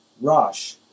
Rosh